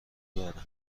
دارم